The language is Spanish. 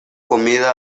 comida